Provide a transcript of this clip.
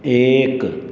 एक